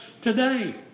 today